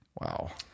Wow